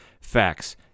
Facts